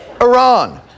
Iran